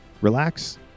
relax